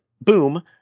boom